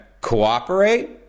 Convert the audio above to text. cooperate